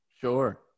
Sure